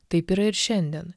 taip yra ir šiandien